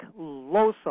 Losa